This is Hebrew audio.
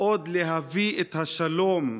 להביא את השלום,